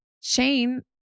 Shane